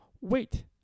wait